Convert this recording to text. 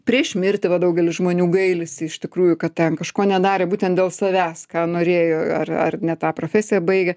prieš mirtį va daugelis žmonių gailisi iš tikrųjų kad ten kažko nedarė būtent dėl savęs ką norėjo ar ar ne tą profesiją baigė